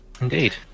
Indeed